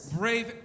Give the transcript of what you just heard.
brave